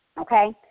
okay